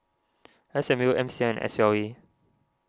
S M U M C I and S L A